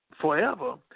forever